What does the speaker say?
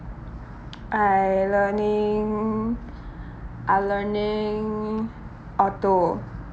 I learning I learning auto